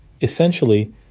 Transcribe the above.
Essentially